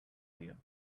here